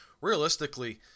realistically